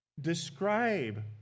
Describe